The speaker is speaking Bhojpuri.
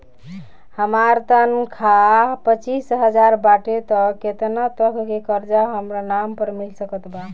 हमार तनख़ाह पच्चिस हज़ार बाटे त केतना तक के कर्जा हमरा नाम पर मिल सकत बा?